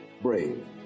brave